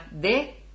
de